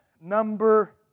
number